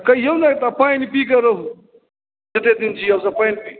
कहिऔ ने एकटा पानि पी कऽ रहू जतेक दिन जिअब से पानि पी